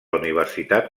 universitat